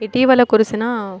ఇటీవల కురిసిన